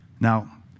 Now